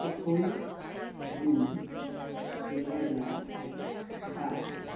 একৈছ জুন দুহজাৰ বাইছ